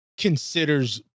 considers